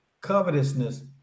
covetousness